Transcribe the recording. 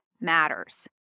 matters